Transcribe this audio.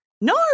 No